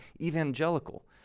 evangelical